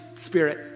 Spirit